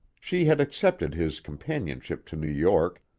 she had accepted his companionship to new york,